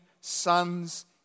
sons